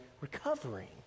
recovering